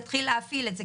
יתחיל להפעיל את זה,